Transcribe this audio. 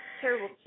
Terrible